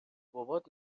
بابات